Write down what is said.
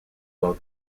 while